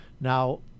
Now